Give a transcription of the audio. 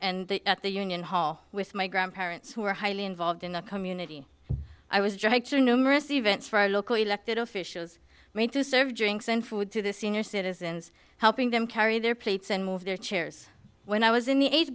and at the union hall with my grandparents who were highly involved in the community i was just make sure numerous events for our local elected officials made to serve drinks and food to the senior citizens helping them carry their plates and move their chairs when i was in the eighth